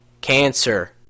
Cancer